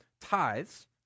tithes